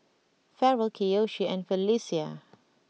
Ferrell Kiyoshi and Felecia